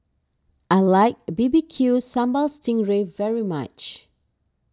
I like B B Q Sambal Sting Ray very much